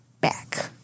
back